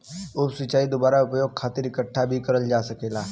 उप सिंचाई दुबारा उपयोग खातिर इकठ्ठा भी करल जा सकेला